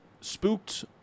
spooked